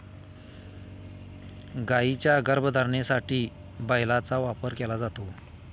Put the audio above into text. गायींच्या गर्भधारणेसाठी बैलाचा वापर केला जातो